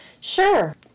Sure